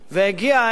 והגיעה העת,